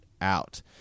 out